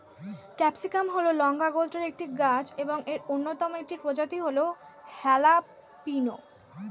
capsicum হল লঙ্কা গোত্রের একটি গাছ এবং এর অন্যতম একটি প্রজাতি হল হ্যালাপিনো